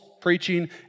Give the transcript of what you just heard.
preaching